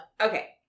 Okay